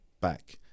back